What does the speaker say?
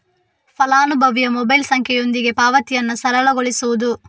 ಫಲಾನುಭವಿಯ ಮೊಬೈಲ್ ಸಂಖ್ಯೆಯೊಂದಿಗೆ ಪಾವತಿಯನ್ನು ಸರಳಗೊಳಿಸುವುದು